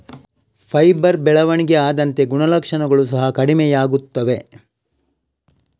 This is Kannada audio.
ಫೈಬರ್ ಬೆಳವಣಿಗೆ ಆದಂತೆ ಗುಣಲಕ್ಷಣಗಳು ಸಹ ಕಡಿಮೆಯಾಗುತ್ತವೆ